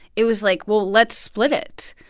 it was like, well, let's split it.